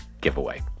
giveaway